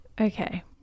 Okay